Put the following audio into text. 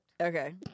Okay